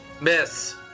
Miss